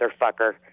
motherfucker